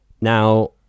Now